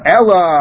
Ella